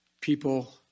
people